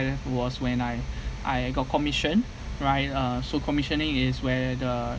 was when I I got commission right uh so commissioning is where the